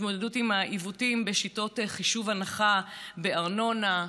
התמודדות עם העיוותים בשיטות חישוב הנחה בארנונה,